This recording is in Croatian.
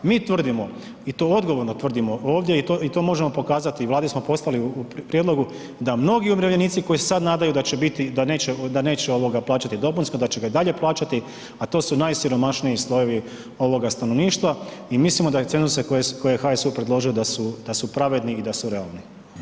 Mi tvrdimo i to odgovorno tvrdimo ovdje i to, i to možemo pokazati i Vladi smo poslali u prijedlogu da mnogi umirovljenici koji se sad nadaju da će biti, da neće, da neće ovoga plaćati dopunsko, da će ga i dalje plaćati, a to su najsiromašniji slojevi ovoga stanovništva i mislimo da je cenzuse koje je HSU predložio da su, da su pravedni i da su realni.